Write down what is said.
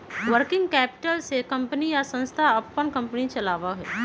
working capital से company या संस्था अपन कंपनी चलावा हई